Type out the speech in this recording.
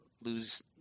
lose